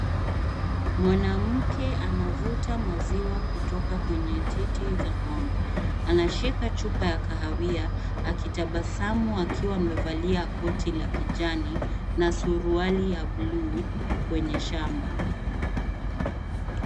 Mwanamke anavuta maziwa kutoka kwenye titi la ng'ombe, anashika chupa ya kahawia akitabasamu, akiwa amevalia koti la kijani na suruali ya buluu kwenye shamba.